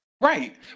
right